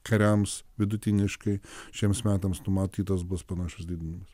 kariams vidutiniškai šiems metams numatytas bus panašus didinimas